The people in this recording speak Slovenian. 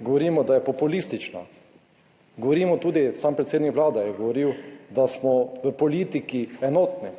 govorimo, da je populistična, govorimo, tudi sam predsednik Vlade je govoril, da smo v politiki enotni